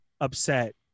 Upset